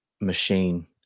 machine